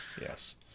Yes